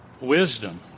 wisdom